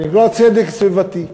שנקרא צדק סביבתי,